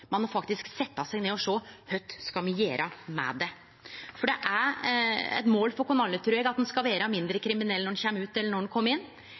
faktisk setje seg ned og sjå kva me skal gjere med det. For det er eit mål for oss alle, trur eg, at ein skal vere mindre kriminell når ein kjem ut, enn då ein kom inn.